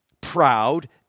proud